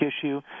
issue